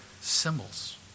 Symbols